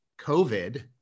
COVID